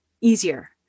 easier